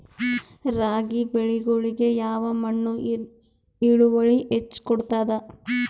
ರಾಗಿ ಬೆಳಿಗೊಳಿಗಿ ಯಾವ ಮಣ್ಣು ಇಳುವರಿ ಹೆಚ್ ಕೊಡ್ತದ?